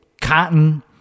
cotton